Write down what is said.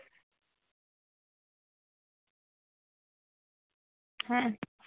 ᱦᱮᱸ